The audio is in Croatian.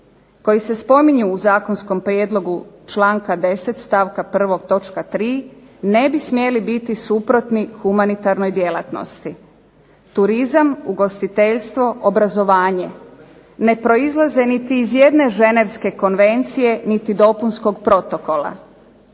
koji se spominju u zakonskom prijedlogu članka 10. stavka 1. točka 3. ne bi smjeli biti suprotni humanitarnoj djelatnosti. Turizam, ugostiteljstvo, obrazovanje ne proizlaze niti iz jedne ženevske konvencije niti dopunskog protokola,